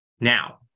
Now